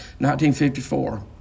1954